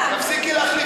תפסיקי להחליט, באמת.